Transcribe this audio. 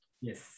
Yes